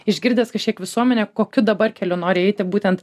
išgirdęs kažkiek visuomenę kokiu dabar keliu nori eiti būtent